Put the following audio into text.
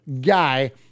guy